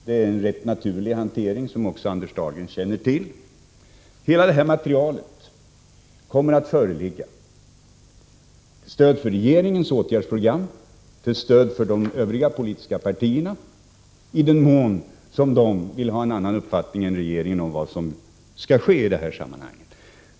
Det är en naturlig hantering, som också Anders Dahlgren känner till. Hela materialet kommer att föreligga till stöd för regeringens åtgärdsprogram och till stöd för de olika politiska partierna, i den mån de vill ha en annan uppfattning än regeringen om vad som skall ske i detta sammanhang.